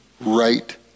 right